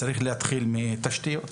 צריך להתחיל מתשתיות.